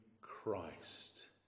Christ